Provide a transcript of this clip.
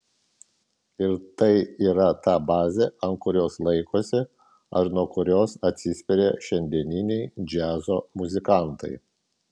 ir tai yra ta bazė ant kurios laikosi ar nuo kurios atsispiria ir šiandieniniai džiazo muzikantai